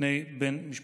מפני בן משפחתו.